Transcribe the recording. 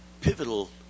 pivotal